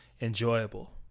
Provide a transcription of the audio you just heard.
enjoyable